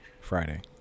Friday